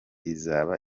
izaba